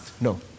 No